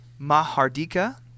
mahardika